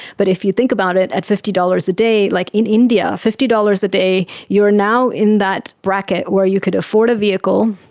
but if you think about it, at fifty dollars a day, like in india fifty dollars a day you are now in that bracket where you could afford a vehicle,